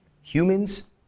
Humans